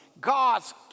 God's